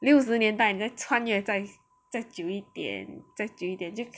六十年代这穿越在再久一点再久一点就